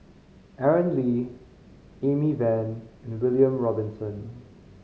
Aaron Lee Amy Van and William Robinson